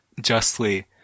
justly